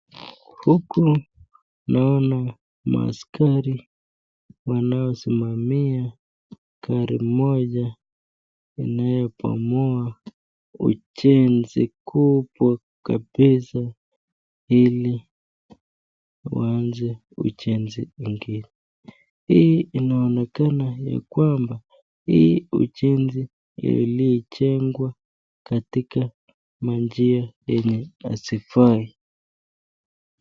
Huku naona maaskari wanaosimamia gari moja inayobomoa ujenzi mkubwa kabisa ili waanze ujenzi ingine. Hii inaonekana ya kwamba hii ujenzi ilijengwa katika njia zenye hazifai.